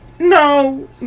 No